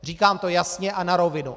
Říkám to jasně a na rovinu.